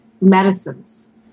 medicines